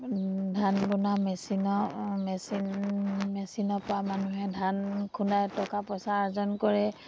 ধান বনোৱা মেচিনৰ মেচিন মেচিনৰপৰা মানুহে ধান খুন্দাই টকা পইচা আৰ্জন কৰে